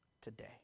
Today